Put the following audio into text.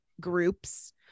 groups